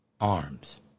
arms